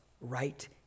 right